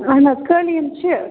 اَہَن حظ قٲلیٖن چھِ